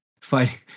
fighting